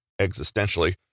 existentially